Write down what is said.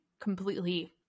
completely